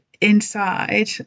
inside